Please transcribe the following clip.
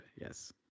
Yes